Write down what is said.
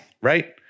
Right